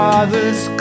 Father's